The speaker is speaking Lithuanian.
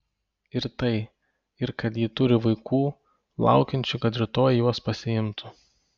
ir tai ir kad ji turi vaikų laukiančių kad rytoj juos pasiimtų